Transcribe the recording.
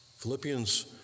Philippians